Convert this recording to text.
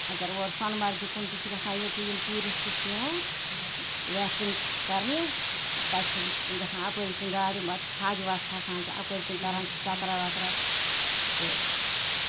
اَگر اور سونہٕ مَرگہِ کُن تہِ گژھان ییٚکہ یِم ٹیوٗرِسٹ چھِ یِوان ریفٹِنگ کرنہِ تہٕ تَتہِ چھِ گژھان اَپٲرِ کِنۍ گاڑِ پتہٕ تھاجواس کھسان چھِ اَپٲرۍ کِنۍ کران چھِ چکرا وکرا تہٕ